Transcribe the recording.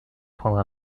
prendre